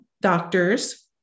doctors